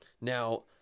Now